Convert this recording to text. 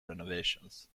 renovations